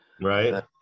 Right